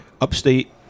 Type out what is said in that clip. upstate